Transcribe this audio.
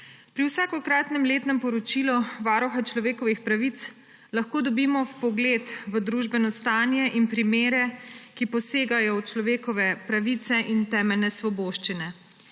Pri vsakokratnem letnem poročilu Varuha človekovih pravic lahko dobimo vpogled v družbeno stanje in primere, ki posegajo v človekove pravice in temeljne svoboščine.